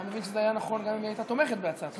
אתה מבין שזה היה נכון גם אם היא הייתה תומכת בהצעת החוק.